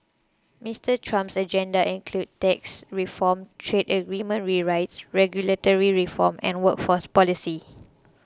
Mister Trump's agenda includes tax reform trade agreement rewrites regulatory reform and workforce policy